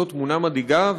זאת תמונה מדאיגה,